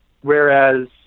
whereas